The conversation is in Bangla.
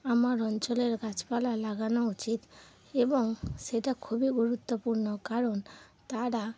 আমার অঞ্চলের গাছপালা লাগানো উচিত এবং সেটা খুবই গুরুত্বপূর্ণ কারণ তারা